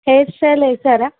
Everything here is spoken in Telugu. హెయిర్స్టైల్ వేసారా